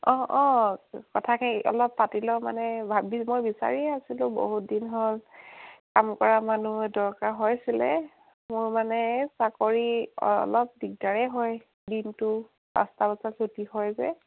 অঁ অঁ কথাকে অলপ পাতি লওঁ মানে ভাবি মই বিচাৰিয়েই আছিলোঁ বহুত দিন হ'ল কাম কৰা মানুহে দৰকাৰ হৈছিলে মোৰ মানে এই চাকৰি অলপ দিগদাৰেই হয় দিনটো পাঁচটা বজাত ছুটি হয় যে